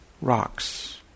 rocks